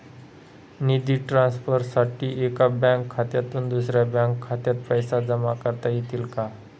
निधी ट्रान्सफरसाठी एका बँक खात्यातून दुसऱ्या बँक खात्यात पैसे जमा करता येतील का?